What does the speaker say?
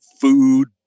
food